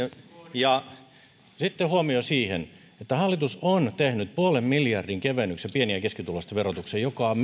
ja sitten huomio siihen että hallitus on tehnyt puolen miljardin kevennyksen pieni ja keskituloisten verotukseen joka on